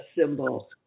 symbol